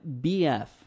bf